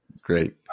great